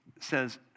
says